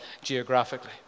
geographically